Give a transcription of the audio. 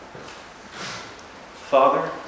Father